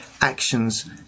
actions